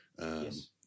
Yes